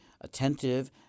attentive